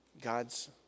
God's